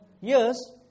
years